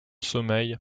sommeil